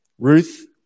Ruth